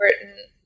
important